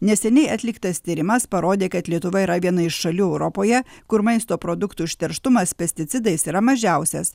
neseniai atliktas tyrimas parodė kad lietuva yra viena iš šalių europoje kur maisto produktų užterštumas pesticidais yra mažiausias